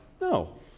No